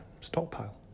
stockpile